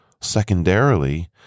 Secondarily